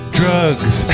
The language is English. drugs